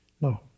No